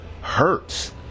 hurts